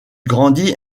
grandit